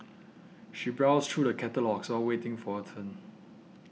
she browsed through the catalogues all waiting for her turn